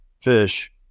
fish